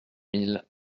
mille